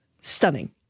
Stunning